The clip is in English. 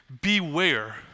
Beware